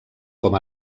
com